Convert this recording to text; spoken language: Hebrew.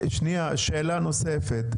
שאלה נוספת: